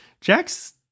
jack's